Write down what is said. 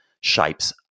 shapes